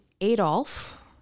Adolf